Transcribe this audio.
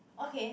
okay